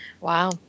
Wow